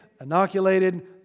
inoculated